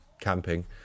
camping